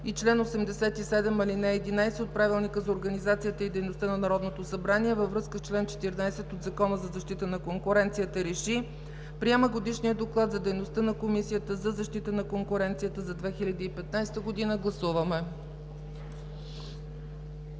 и чл. 87, ал. 11 от Правилника за организацията и дейността на Народното събрание във връзка с чл. 14 от Закона за защита на конкуренцията РЕШИ: Приема Годишния доклад за дейността на Комисията за защита на конкуренцията за 2015 г.“ Гласуваме.